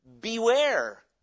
Beware